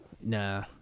Nah